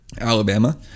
Alabama